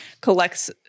collects